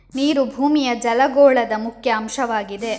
ನೀರು ಭೂಮಿಯ ಜಲಗೋಳದ ಮುಖ್ಯ ಅಂಶವಾಗಿದೆ